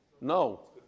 No